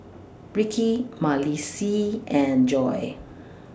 Rikki Malissie and Joy